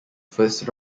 first